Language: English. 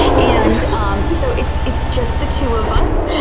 and um so it's it's just the two of us.